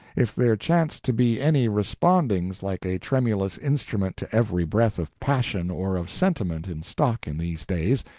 if there chanced to be any respondings like a tremulous instrument to every breath of passion or of sentiment in stock in these days,